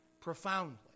profoundly